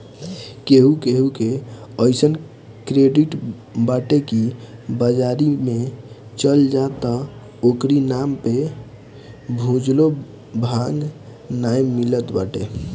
केहू केहू के अइसन क्रेडिट बाटे की बाजारी में चल जा त ओकरी नाम पे भुजलो भांग नाइ मिलत बाटे